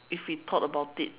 if we thought about it